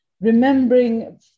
remembering